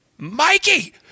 Mikey